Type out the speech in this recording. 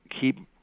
keep